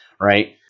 right